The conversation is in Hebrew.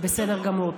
בסדר גמור.